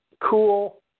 cool